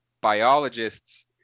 biologists